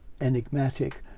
enigmatic